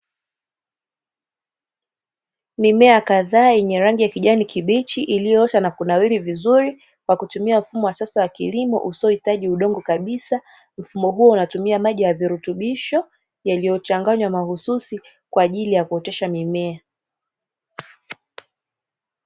Mimea kadhaa yenye rangi ya kijani kibichi iliyoota na kunawili vizuri kwa kutumia mfumo wa sasa wa kilimo, usiohitaji udongo kabisa, mfumo huu unatumia maji ya virutubisho yaliyochanganywa mahususi kwa ajili ya kuotesha mimea.